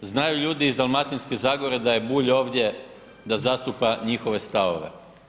Znaju ljudi iz Dalmatinske zagore da je Bulj ovdje da zastupa njihove stavove.